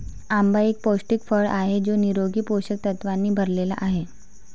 आंबा एक पौष्टिक फळ आहे जो निरोगी पोषक तत्वांनी भरलेला आहे